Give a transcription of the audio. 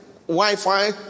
Wi-Fi